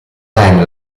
time